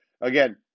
again